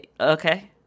okay